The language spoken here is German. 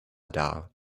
dar